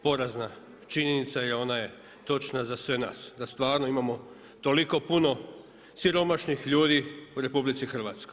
Porazna činjenica i ona je točna za sve nas da stvarno imamo toliko puno siromašnih ljudi u RH.